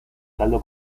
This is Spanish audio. caldo